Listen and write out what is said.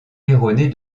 erronée